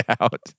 out